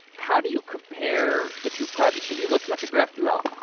how do you compare the two projects? have you looked much graphql?